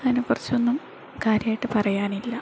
അതിനെക്കുറിച്ചൊന്നും കാര്യമായിട്ട് പറയാനില്ല